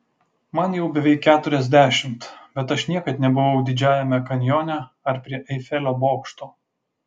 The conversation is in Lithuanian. man jau beveik keturiasdešimt bet aš niekad nebuvau didžiajame kanjone ar prie eifelio bokšto